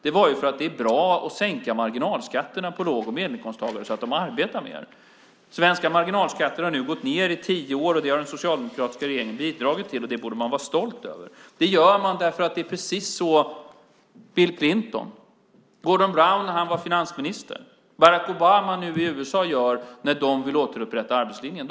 Det var för att det är bra att sänka marginalskatterna för låg och medelinkomsttagare så att de arbetar mer. Svenska marginalskatter har nu gått ned i tio år, och det har den socialdemokratiska regeringen bidragit till. Det borde man vara stolt över. Man gör så därför att det är precis så Bill Clinton, Gordon Brown - när han var finansminister - och nu Barack Obama i USA gjort när de velat återupprätta arbetslinjen.